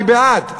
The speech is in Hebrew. אני בעד,